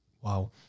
wow